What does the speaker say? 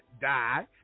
die